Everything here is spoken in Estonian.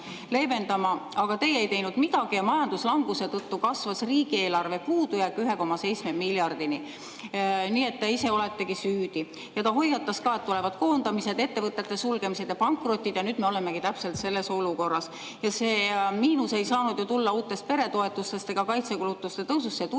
aga teie ei teinud midagi ja majanduslanguse tõttu kasvas riigieelarve puudujääk 1,7 miljardini. Nii et te ise oletegi süüdi. Veskimägi hoiatas ka, et tulevad koondamised, ettevõtete sulgemised ja pankrotid, ja nüüd me olemegi täpselt selles olukorras. Miinus ei saanud ju tulla uutest peretoetustest ega kaitsekulutuste tõusust, vaid see